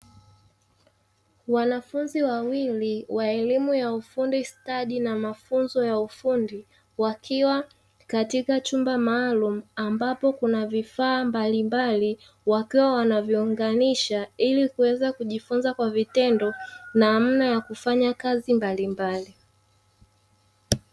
Wanafunzi wawili wa elimu ya ufundi stadi na mafunzo ya ufundi wakiwa katika chumba maalumu; ambapo kuna vifaa mbalimbali wakiwa wanaviunganisha ili kuweza kujifunza kwa vitendo namna ya kufanya kazi mbalimbali.